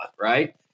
right